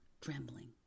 trembling